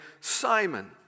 Simon